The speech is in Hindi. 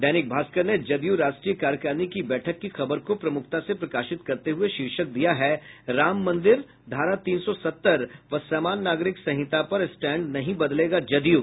दैनिक भास्कर ने जदयू राष्ट्रीय कार्यकारिणी की बैठक की खबर को प्रमुखता से प्रकाशित करते हुए शीर्षक दिया है राम मंदिर धारा तीन सौ सत्तर व समान नागरिक संहिता पर स्टैंड नहीं बदलेगा जदयू